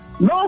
no